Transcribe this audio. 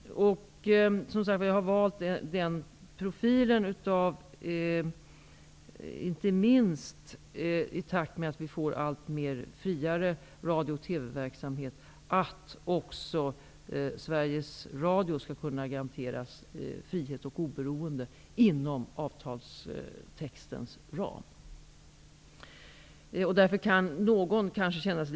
Jag har valt den profilen därför att även Sveriges Radio skall kunna garanteras frihet och oberoende inom avtalstextens ram i takt med att vi får friare radio och TV-verksamhet.